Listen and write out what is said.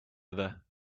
other